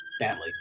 badly